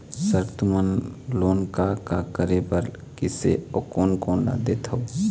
Sir तुमन loan का का करें बर, किसे अउ कोन कोन ला देथों?